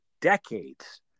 decades